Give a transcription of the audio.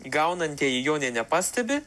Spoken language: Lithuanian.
gaunantieji jo nė nepastebi